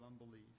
unbelief